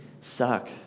suck